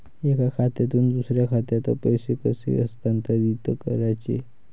एका खात्यातून दुसऱ्या खात्यात पैसे कसे हस्तांतरित करायचे